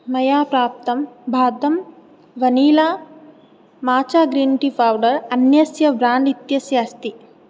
मया प्राप्तं बाह्दम् vanilla matcha green tea powder अन्यस्य ब्राण्ड् इत्यस्य अस्ति